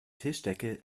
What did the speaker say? tischdecke